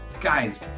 Guys